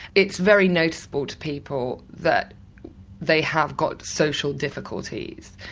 it's very noticeable to people that they have got social difficulties.